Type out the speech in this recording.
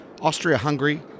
Austria-Hungary